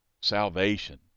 Salvation